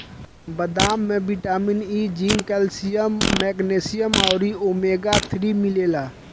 बदाम में vitamin E, zinc, calcium, magnesium अउरी ओमेगा थ्री मिलेला